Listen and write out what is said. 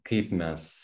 kaip mes